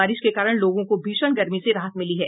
बारिश के कारण लोगों को भीषण गर्मी से राहत मिली है